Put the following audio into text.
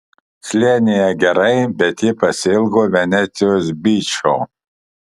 slėnyje gerai bet ji pasiilgo venecijos byčo